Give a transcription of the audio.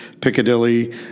Piccadilly